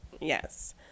Yes